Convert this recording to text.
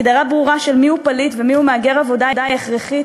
הגדרה ברורה של פליט ושל מהגר עבודה היא הכרחית,